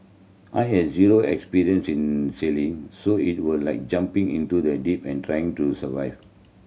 I had zero experience in sailing so it was like jumping into the deep and trying to survive